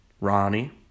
Ronnie